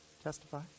testify